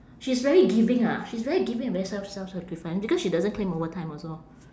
she's very giving ha she's very giving and very self~ self-sacrificing because she doesn't claim overtime also